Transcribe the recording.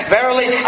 Verily